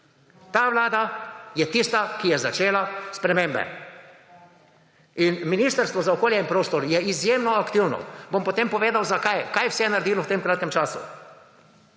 Ta vlada je tista, ki je začela spremembe. In Ministrstvo za okolje in prostor je izjemno aktivno. Bom potem povedal, zakaj, kaj vse je naredilo v tem kratkem času.